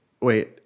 wait